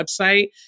website